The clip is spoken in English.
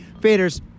faders